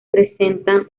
presentan